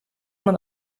man